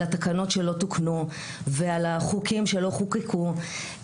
על התקנות שלא תוקנו, ועל החוקים שלא חוקקו.